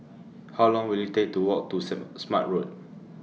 How Long Will IT Take to Walk to Saint Smart Road